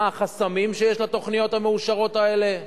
מה החסמים שיש לתוכניות המאושרות האלה?